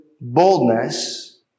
boldness